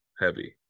heavy